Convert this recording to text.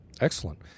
Excellent